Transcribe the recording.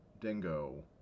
dingo